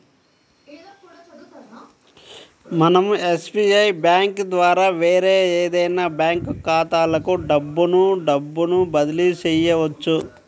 మనం SBI bank ద్వారా వేరే ఏదైనా బ్యాంక్ ఖాతాలకు డబ్బును డబ్బును బదిలీ చెయ్యొచ్చు